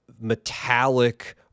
metallic